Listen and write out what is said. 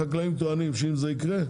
החקלאים טוענים שאם זה יקרה,